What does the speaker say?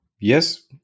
Yes